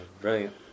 Brilliant